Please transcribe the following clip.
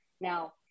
Now